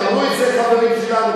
אמרו את זה חברים שלנו.